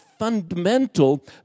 fundamental